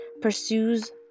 pursues